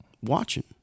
watching